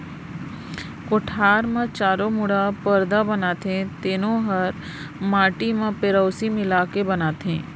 कोठार म चारों मुड़ा परदा बनाथे तेनो हर माटी म पेरौसी मिला के बनाथें